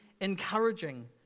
encouraging